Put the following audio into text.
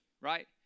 right